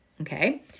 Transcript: okay